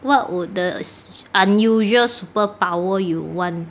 what would the unusual superpower you want